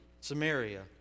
Samaria